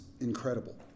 incredible